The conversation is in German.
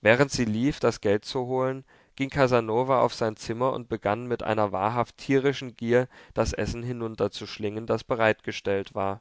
während sie lief das geld zu holen ging casanova auf sein zimmer und begann mit einer wahrhaft tierischen gier das essen hinunterzuschlingen das bereitgestellt war